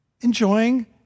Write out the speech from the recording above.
enjoying